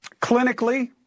clinically